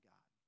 God